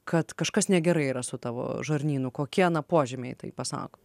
kad kažkas negerai yra su tavo žarnynu kokie na požymiai tai pasako